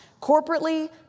corporately